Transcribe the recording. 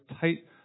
tight